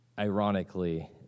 Ironically